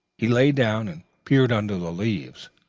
he lay down and peered under the leaves.